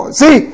see